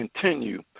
continue